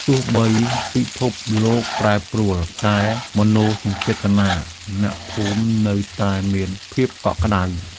ទោះបីពិភពលោកប្រែប្រួល តែមនោសញ្ចេតនាអ្នកភូមិនៅតែមានភាពកក់ក្តៅ។